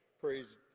Praise